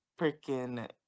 freaking